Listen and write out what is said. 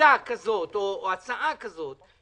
עמדה כזאת או הצעה כזאת